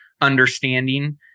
understanding